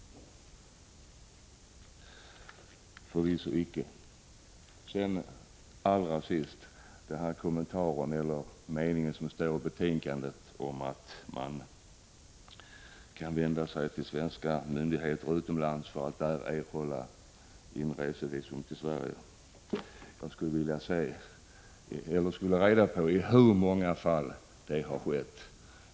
Förvisso icke! Allra sist: Med anledning av den mening som står i betänkandet om att man kan vända sig till svenska myndigheter utomlands för att där erhålla inresevisum till Sverige skulle jag vilja få reda på i hur många fall det har skett.